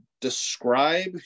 describe